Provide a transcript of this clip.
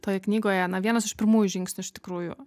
toje knygoje na vienas iš pirmųjų žingsnių iš tikrųjų